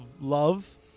love